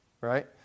Right